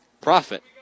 Profit